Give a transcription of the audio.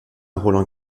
roland